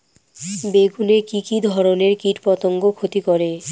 বেগুনে কি কী ধরনের কীটপতঙ্গ ক্ষতি করে?